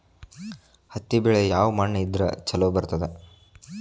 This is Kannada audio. ಹತ್ತಿ ಬೆಳಿ ಯಾವ ಮಣ್ಣ ಇದ್ರ ಛಲೋ ಬರ್ತದ?